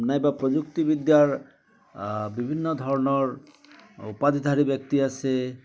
নাইবা প্ৰযুক্তি বিদ্যাৰ বিভিন্ন ধৰণৰ উপাধিধাৰী ব্যক্তি আছে